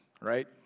right